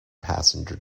passenger